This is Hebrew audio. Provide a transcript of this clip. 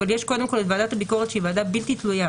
אבל יש קודם כל את ועדת הביקורת שהיא ועדה בלתי תלויה